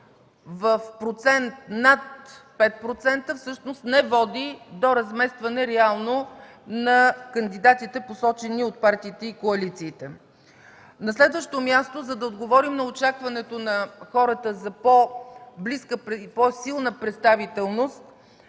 в процент над 5% всъщност не води до реално разместване на кандидатите, посочени от партиите и коалициите. На следващо място, за да отговорим на очакването на хората за по-близка и по-силна представителност,